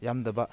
ꯌꯥꯝꯗꯕ